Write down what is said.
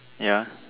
ya